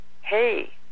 hey